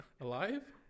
Alive